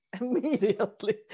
immediately